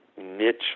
niche